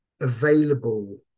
available